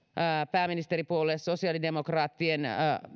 pääministeripuolue sosiaalidemokraattien